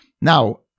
Now